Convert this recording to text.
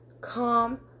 calm